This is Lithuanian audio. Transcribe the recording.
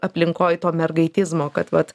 aplinkoj to mergaitizmo kad vat